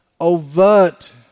overt